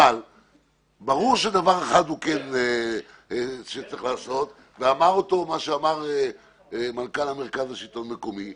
ברור שדבר אחד צריך לעשות ואמר אותו מנכ"ל המרכז לשלטון מקומי,